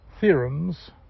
theorems